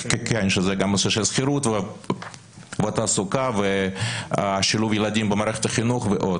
שזה גם נושא של שכירות ותעסוקה ושילוב ילדים במערכת החינוך ועוד,